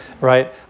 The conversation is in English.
right